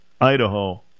Idaho